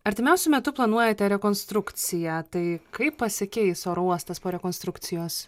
artimiausiu metu planuojate rekonstrukciją tai kaip pasikeis oro uostas po rekonstrukcijos